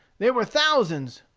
there were thousands.